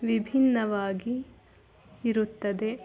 ವಿಭಿನ್ನವಾಗಿ ಇರುತ್ತದೆ